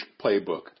playbook